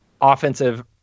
offensive